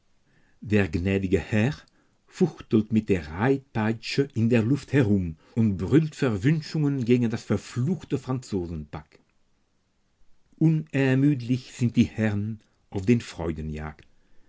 der gnädige herr fuchtelt mit der reitpeitsche in der luft herum und brüllt verwünschungen gegen das verfluchte franzosenpack unermüdlich sind die herren auf der